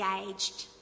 engaged